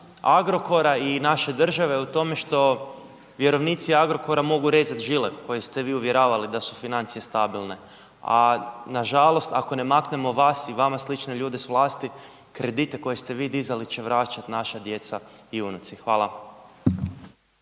Agrokora i naše države je u tome što vjerovnici Agrokora mogu rezat žile koje ste vi uvjeravali da su financije stabilne, a nažalost ako ne maknemo vas i vama slične ljude s vlasti, kredite koje ste vi dizali će vraćati naša djeca i unuci. Hvala.